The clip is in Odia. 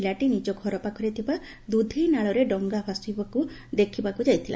ପିଲାଟି ନିକ ଘରପାଖରେ ଥିବା ଦୁଧେଇନାଳରେ ଡଙ୍ଙା ଭାସୁଥିବା ଦେଖିବାକୁ ଯାଇଥିଲା